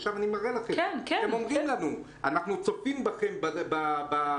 הם אומרים לנו: אנחנו צופים בכם בוועדה,